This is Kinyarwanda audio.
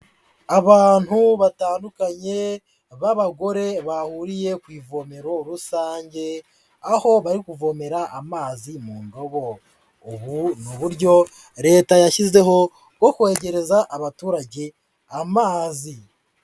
Abantu batandukanye b'abagore bahuriye ku ivomero rusange, aho bari kuvomera amazi mu ndobo. Ubu ni uburyo Leta yashyizeho bwo kwegereza abaturage amazi.